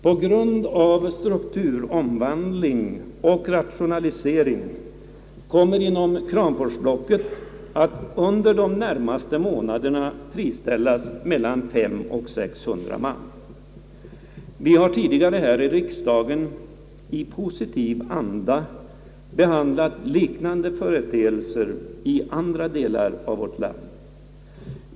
På grund av strukturomvandling och rationalisering kommer inom kramforsblocket att under de närmaste månaderna friställas mellan 500 och 600 man. Vi har tidigare här i riksdagen i positiv anda behandlat liknande företeelser i andra delar av vårt land.